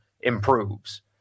improves